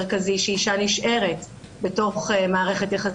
קודם נאפשר לנציגות הארגונים שהניחו ניירות עמדה להתייחס גם